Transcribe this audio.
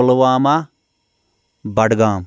Pulwama Budgam